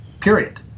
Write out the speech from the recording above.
period